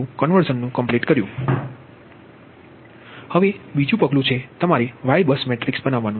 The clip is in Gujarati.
હવે બીજું પગલું એ છે કે તમારું Y બસ મેટ્રિક્સ બરાબર બનાવવું